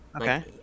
Okay